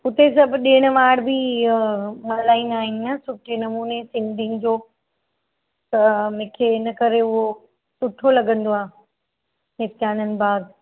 उते सभु ॾिणु वार बि मल्हाईंदा आहिनि न सुठे नमूने सिंधियुनि जो त मूंखे इनकरे उहो सुठो लॻंदो आहे